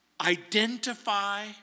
Identify